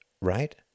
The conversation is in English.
right